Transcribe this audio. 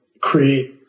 create